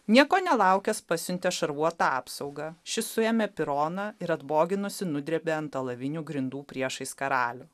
nieko nelaukęs pasiuntė šarvuotą apsaugą šis suėmė peroną ir atboginusi nudrėbė ant alavinių grindų priešais karalių